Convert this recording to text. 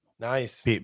Nice